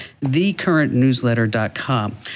thecurrentnewsletter.com